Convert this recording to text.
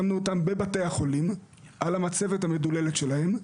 שמנו אותם בבתי החולים על המצבת המדוללת שלהם,